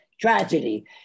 tragedy